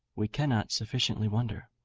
we cannot sufficiently wonder.